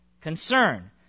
concern